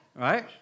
Right